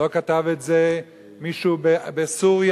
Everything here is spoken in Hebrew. לא כתב את זה מישהו בסוריה,